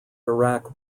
iraq